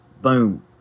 Boom